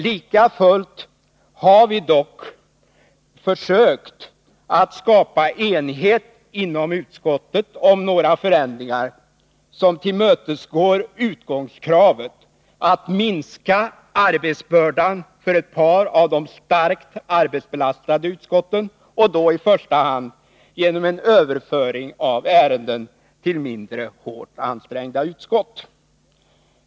Likafullt har vi dock försökt skapa enighet inom utskottet om några förändringar som tillmötesgår utgångskravet att minska arbetsbördan för ett par av de starkt arbetsbelastade utskotten, i första hand genom en överföring av ärenden till mindre hårt ansträngda utskott.